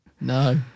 no